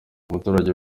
umuturage